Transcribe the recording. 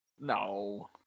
No